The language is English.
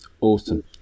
Awesome